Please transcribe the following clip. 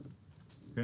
בבקשה.